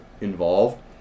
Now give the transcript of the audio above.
involved